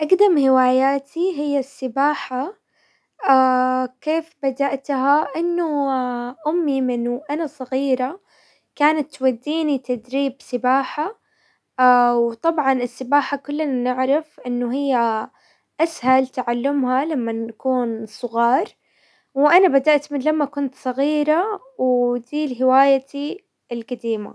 اقدم هواياتي هي السباحة كيف بدأتها؟ انه امي من وانا صغيرة كانت توديني تدريب سباحة، وطبعا السباحة كلنا نعرف انه هي اسهل تعلمها لمن نكون صغار، وانا بدأت من لما كنت صغيرة، وذي الهوايتي القديمة.